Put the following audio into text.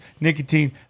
nicotine